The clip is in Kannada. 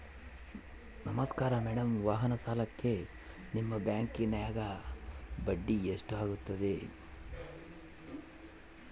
ನಮಸ್ಕಾರ ಮೇಡಂ ವಾಹನ ಸಾಲಕ್ಕೆ ನಿಮ್ಮ ಬ್ಯಾಂಕಿನ್ಯಾಗ ಬಡ್ಡಿ ಎಷ್ಟು ಆಗ್ತದ?